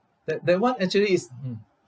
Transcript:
that that [one] actually is mmhmm